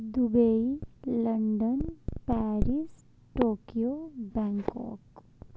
Dubai London Paris Tokyo Bangkok